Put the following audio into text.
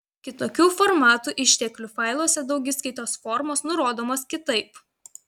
kitokių formatų išteklių failuose daugiskaitos formos nurodomos kitaip